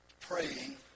praying